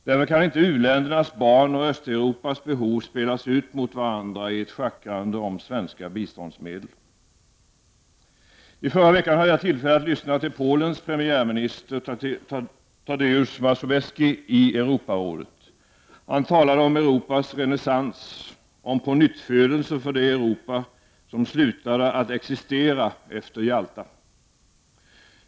Därför kan inte uländernas barn och Östeuropas behov spelas ut mot varandra i ett schackrande om svenska biståndsmedel. I förra veckan hade jag tillfälle att i Europarådet lyssna till Polens premiärminister Tadeusz Mazowiecki. Han talade om Europas renässans, om pånyttfödelse för det Europa som slutade att existera efter Jalta-konferensen.